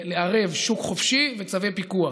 לערב שוק חופשי וצווי פיקוח,